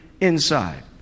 inside